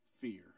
fear